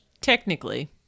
technically